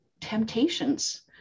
temptations